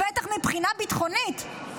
בטח מבחינה ביטחונית,